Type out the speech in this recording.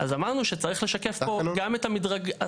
אז אמרנו שצריך לשקף פה גם את המדרג,